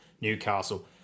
Newcastle